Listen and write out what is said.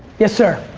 yes sir.